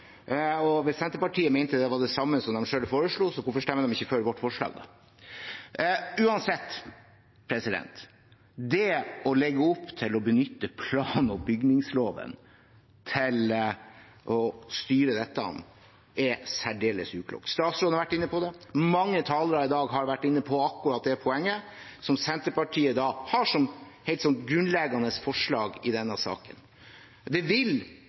Hvis Senterpartiet mente det var det samme som de selv foreslo, hvorfor stemmer de ikke for vårt forslag? Uansett: Det å legge opp til å benytte plan- og bygningsloven til å styre dette er særdeles uklokt. Statsråden har vært inne på det, mange talere i dag har vært inne på akkurat det poenget, som Senterpartiet har som helt grunnleggende forslag i denne saken. Det vil,